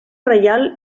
reial